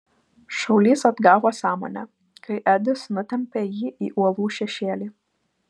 šaulys atgavo sąmonę kai edis nutempė jį į uolų šešėlį